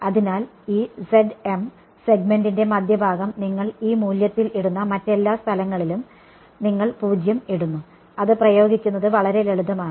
അതിനാൽ ഈ സെഗ്മെന്റിന്റെ മധ്യഭാഗം നിങ്ങൾ ഈ മൂല്യത്തിൽ ഇടുന്ന മറ്റെല്ലാ സ്ഥലങ്ങളിലും നിങ്ങൾ 0 ഇടുന്നു അത് പ്രയോഗിക്കുന്നത് വളരെ ലളിതമാണ്